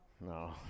No